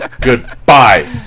Goodbye